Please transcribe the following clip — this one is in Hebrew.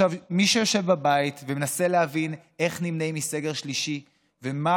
מי שיושב בבית ומנסה להבין איך נמנעים מסגר שלישי ומה